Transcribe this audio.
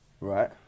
right